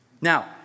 Now